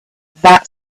that